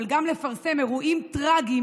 אבל גם לפרסם אירועים טרגיים,